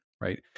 right